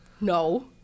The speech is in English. no